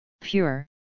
pure